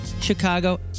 Chicago